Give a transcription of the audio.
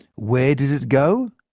where did it go?